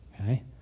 okay